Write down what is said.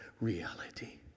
reality